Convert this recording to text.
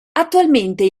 attualmente